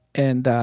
and